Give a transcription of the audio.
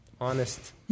honest